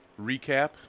recap